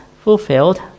fulfilled